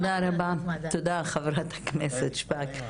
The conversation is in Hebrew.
תודה רבה, חברת הכנסת שפק.